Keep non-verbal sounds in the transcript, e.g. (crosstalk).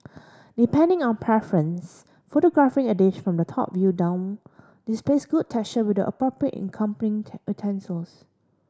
depending on preference photographing a dish from the top view down displays good texture with the appropriate accompanying (unintelligible) utensils